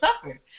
suffer